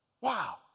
wow